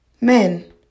Men